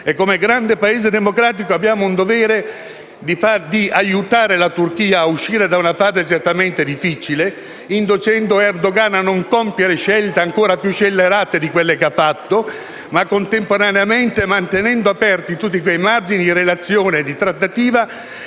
un grande Paese democratico e come tale abbiamo il dovere di aiutare la Turchia a uscire da una fase certamente difficile, inducendo Erdogan a non compiere scelte ancora più scellerate di quelle che ha fatto, ma contemporaneamente mantenendo aperti tutti quei margini di relazione e di trattativa